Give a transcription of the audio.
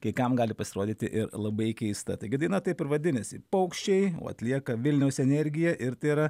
kai kam gali pasirodyti ir labai keista taigi daina taip ir vadinasi paukščiai atlieka vilniaus energija ir tai yra